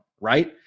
Right